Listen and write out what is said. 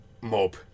Mob